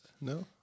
No